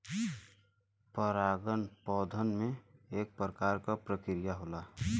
परागन पौधन में एक प्रकार क प्रक्रिया होला